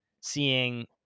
seeing